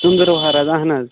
ژنٛدٕر وار حظ اَہَن حظ